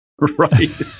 Right